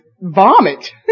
vomit